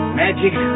magic